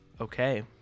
okay